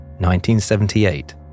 1978